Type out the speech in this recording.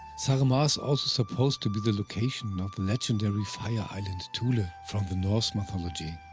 saaremaa is also supposed to be the location of the legendary fire island thule from the norse mythology.